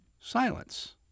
Silence